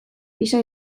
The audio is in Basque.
pisa